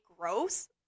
gross